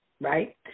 right